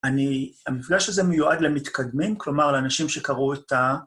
אני, המפגש הזה מיועד למתקדמים, כלומר לאנשים שקראו את ה...